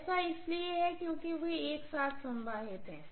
ऐसा इसलिए है क्योंकि वे एक साथ संवाहित हैं